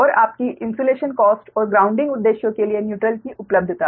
और आपकी insulation cost और ग्राउंडिंग उद्देश्यों के लिए न्यूट्रल की उपलब्धता